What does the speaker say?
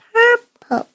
Purple